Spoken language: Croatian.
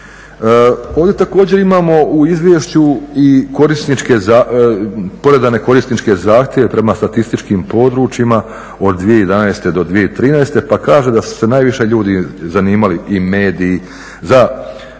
Ovdje također imamo u izvješću i poredane korisničke zahtjeve prema statistički područjima od 2011.d o 2013. pa kaže da su se najviše ljudi zanimali i mediji za pokretanje